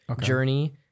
Journey